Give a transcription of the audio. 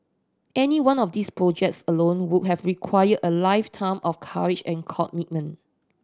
any one of these projects alone would have required a lifetime of courage and commitment